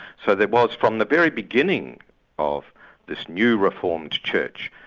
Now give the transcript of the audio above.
so there was from the very beginning of this new reformed church,